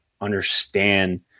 understand